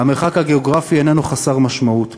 המרחק הגיאוגרפי איננו חסר משמעות.